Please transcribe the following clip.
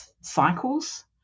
cycles